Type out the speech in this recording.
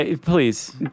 Please